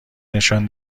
نشان